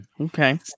Okay